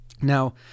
Now